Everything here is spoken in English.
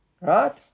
Right